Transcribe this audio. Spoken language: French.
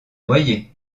noyé